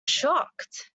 shocked